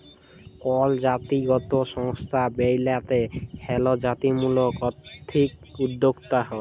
call জাতিগত সংস্থা ব্যইলতে হ্যলে জাতিত্ত্বমূলক এথলিক উদ্যোক্তা হ্যয়